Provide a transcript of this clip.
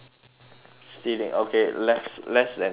stealing okay less less than stealing